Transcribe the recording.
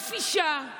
ואף אישה,